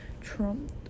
Trump